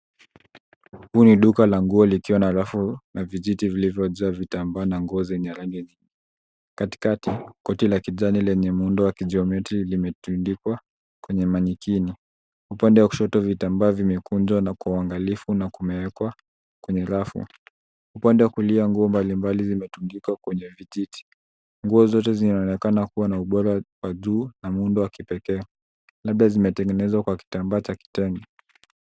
Huu ni duka la nguo likiwa na rafu na vijiti vilivyoo jaa vitamba na nguo zenye rangi nyingi. Katikati, koti la kijani lenye muundo wa kijometri limetundikwa kwenye manekeni. Upande wa kushoto vitambaa vimekunjwa na kwa uangalifu na kumewekwa kwenye rafu. Upande wa kulia nguo mbalimbali zimetundikwa kwenye vijiti. Nguo zote zinaonekana kuwa na ubora wa juu na muundo wa kipekee, labda zimetengenezwa kwa kitambaa cha kitengee.